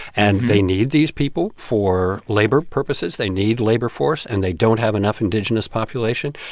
and they need these people for labor purposes. they need labor force. and they don't have enough indigenous population.